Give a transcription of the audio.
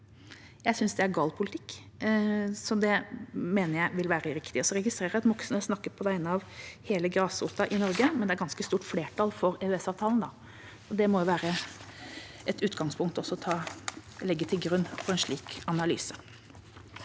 Jeg synes det er gal politikk og mener det vil være uriktig. Jeg registrerer at Moxnes snakket på vegne av hele grasrota i Norge. Det er et ganske stort flertall for EØS-avtalen, og det må også være et utgangspunkt å legge til grunn for en slik analyse.